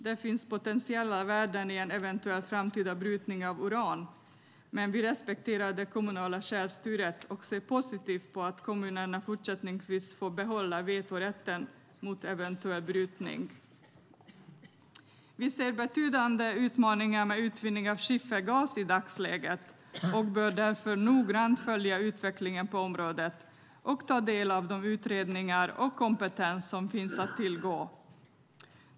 Det finns potentiella värden i en eventuell framtida brytning av uran, men vi respekterar det kommunala självstyret och ser positivt på att kommunerna fortsättningsvis får behålla vetorätten mot eventuell brytning. Vi ser betydande utmaningar med utvinning av skiffergas i dagsläget. Man bör därför noggrant följa utvecklingen på området och ta del av de utredningar och den kompetens som finns att tillgå.